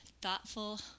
thoughtful